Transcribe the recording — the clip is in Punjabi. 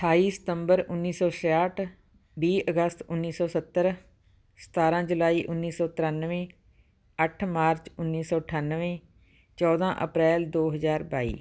ਅਠਾਈ ਸਤੰਬਰ ਉੱਨੀ ਸੌ ਛਿਆਹਠ ਵੀਹ ਅਗਸਤ ਉੱਨੀ ਸੌ ਸੱਤਰ ਸਤਾਰ੍ਹਾਂ ਜੁਲਾਈ ਉੱਨੀ ਸੌ ਤ੍ਰਿਆਨਵੇਂ ਅੱਠ ਮਾਰਚ ਉੱਨੀ ਸੌ ਅਠਾਨਵੇਂ ਚੌਦ੍ਹਾਂ ਅਪ੍ਰੈਲ ਦੋ ਹਜ਼ਾਰ ਬਾਈ